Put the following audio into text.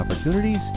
opportunities